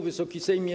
Wysoki Sejmie!